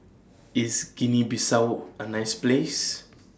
IS Guinea Bissau A nice Place